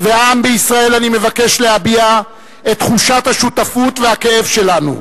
והעם בישראל אני מבקש להביע את תחושת השותפות והכאב שלנו.